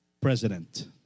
president